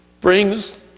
brings